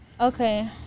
Okay